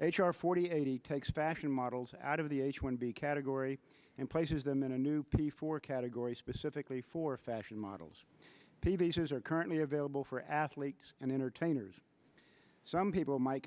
h r forty eight takes fashion models out of the h one b category and places them in a new p four categories specifically for fashion models pieces are currently available for athletes and entertainers some people might